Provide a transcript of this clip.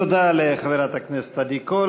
תודה לחברת הכנסת עדי קול.